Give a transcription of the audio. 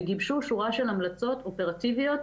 וגיבשו שורה של המלצות אופרטיביות,